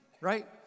right